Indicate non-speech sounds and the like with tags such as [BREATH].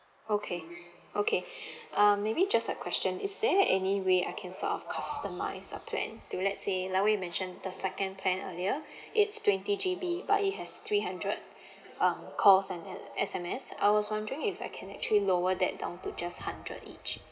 okay okay [BREATH] um maybe just a question is there any way I can sort of customise a plan to let say like what you mentioned the second plan earlier [BREATH] it's twenty G_B but it has three hundred um calls and S S_M_S I was wondering if I can actually lower that down to just hundred each